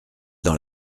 dans